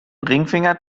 ringfinger